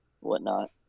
whatnot